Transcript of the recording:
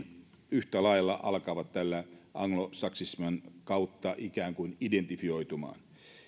yhtä lailla alkavat anglosaksismien kautta ikään kuin identifioitumaan